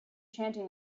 chanting